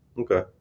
Okay